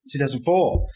2004